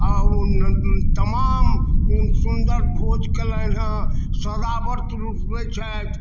तमाम सुन्दर भोज केलनि हँ सदाव्रत उठबै छथि